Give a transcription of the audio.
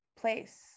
place